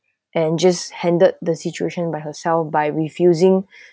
and just handled the situation by herself by refusing